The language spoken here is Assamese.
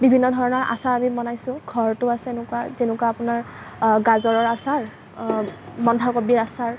বিভিন্ন ধৰণৰ আচাৰ আমি বনাইছোঁ ঘৰটো আছে তেনেকুৱা যেনেকুৱা আপোনাৰ গাজৰৰ আচাৰ বন্ধাকবিৰ আচাৰ